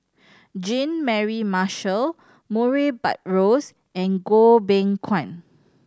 Jean Mary Marshall Murray Buttrose and Goh Beng Kwan